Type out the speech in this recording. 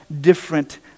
different